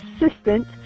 assistant